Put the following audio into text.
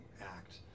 act